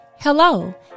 Hello